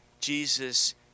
Jesus